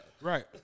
Right